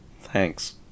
Thanks